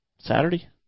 Saturday